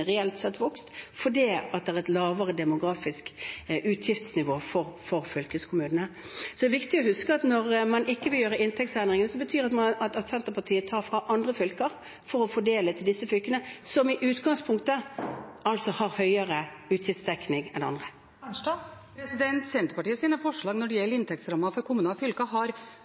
reelt sett vokst fordi det er et lavere demografisk utgiftsnivå for fylkeskommunene. Det er viktig å huske at når man ikke vil gjøre inntektsendringer, betyr det at Senterpartiet tar fra andre fylker for å fordele til disse fylkene, som i utgangspunktet altså har høyere utgiftsdekning enn andre. Marit Arnstad – til oppfølgingsspørsmål. Senterpartiets forslag når det gjelder inntektsramme for kommuner og fylker, har